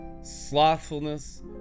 slothfulness